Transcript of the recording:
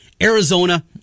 Arizona